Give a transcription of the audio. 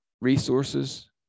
resources